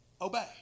obey